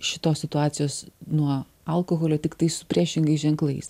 šitos situacijos nuo alkoholio tiktai su priešingais ženklais